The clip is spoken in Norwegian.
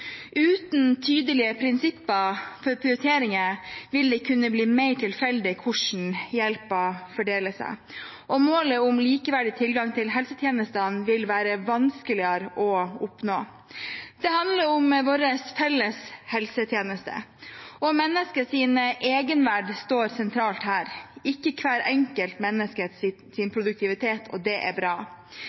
Uten tydelige prinsipper for prioritering, vil det kunne bli mer tilfeldig hvordan hjelpen fordeler seg, og målet om likeverdig tilgang til helsetjenestene vil være vanskeligere å oppnå. Det handler om vår felles helsetjeneste, og menneskets egenverd står sentralt – ikke hvert enkelt menneskes produktivitet, og det er bra.